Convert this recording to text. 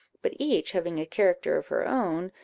but each having a character of her own,